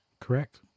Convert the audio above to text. correct